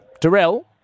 Darrell